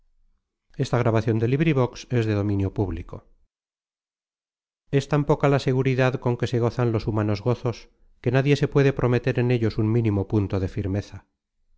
persíles y sigismunda es tan poca la seguridad con que se gozan los humanos gozos que nadie se puede prometer en ellos un mínimo punto de firmeza